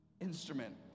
instrument